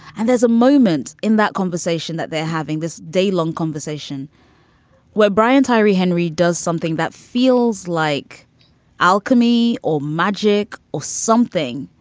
and there's a moment in that conversation that they're having this daylong conversation where brian tyree henry does something that feels like alchemy or magic or something